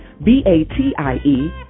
B-A-T-I-E